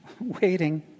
waiting